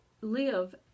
live